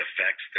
affects